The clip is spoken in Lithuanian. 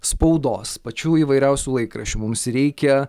spaudos pačių įvairiausių laikraščių mums reikia